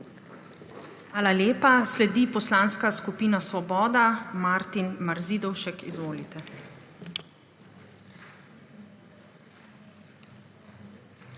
Hvala lepa. Sledi Poslanska skupina Svoboda. Martin Marzidovšek, izvolite.